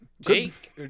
Jake